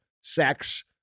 sex